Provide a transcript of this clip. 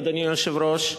אדוני היושב-ראש,